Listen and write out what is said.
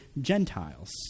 Gentiles